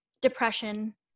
depression